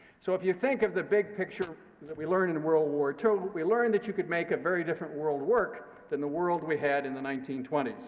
so if you think of the big picture that we learned in world war ii, we learned that you could make a very different world work than the world we had in the nineteen twenty s.